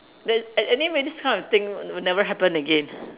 then an~ anyway this kind of thing will never happen again